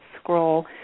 scroll